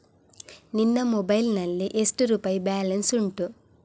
ನಿನ್ನ ಮೊಬೈಲ್ ನಲ್ಲಿ ಎಷ್ಟು ರುಪಾಯಿ ಬ್ಯಾಲೆನ್ಸ್ ಉಂಟು?